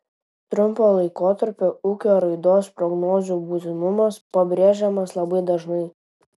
trumpo laikotarpio ūkio raidos prognozių būtinumas pabrėžiamas labai dažnai